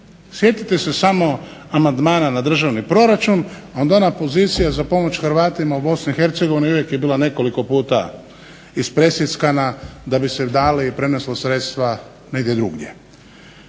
Sjetite se samo amandmana na državni proračun, onda ona pozicija za pomoć Hrvatima u Bosni i Hercegovini uvijek je bilo nekoliko puta ispresjeckana da bi se dalo i preneslo sredstva negdje drugdje.